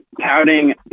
touting